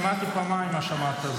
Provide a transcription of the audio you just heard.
שמעתי פעמיים מה שאמרת.